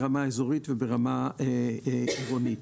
ברמה אזורית וברמה עירונית.